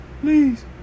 please